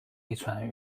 遗传